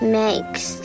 makes